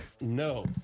No